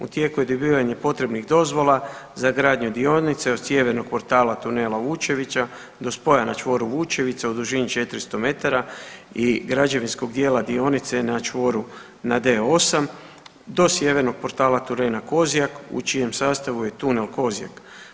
U tijeku je dobivanje potrebnih dozvola za granju dionice od sjevernog portala tunela Vučevica do spoja na čvoru Vučevica u dužini 400 metara i građevinskog dijela dionice na čvoru na D8 do sjevernog portala tunela Kozjak u čijem sastavu je tunel Kozjak.